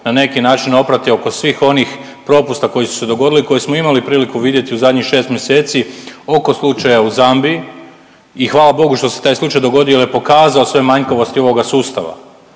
na neki način oprati oko svih onih propusta koji su se dogodili i koje smo imali priliku vidjeti u zadnjih 6 mjeseci oko slučaja u Zambiji i hvala Bogu što se taj slučaj dogodio jel je pokazao sve manjkavosti ovoga sustava.